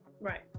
Right